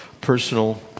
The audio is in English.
personal